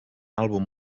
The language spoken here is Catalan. àlbum